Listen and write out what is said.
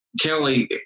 Kelly